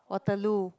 Waterloo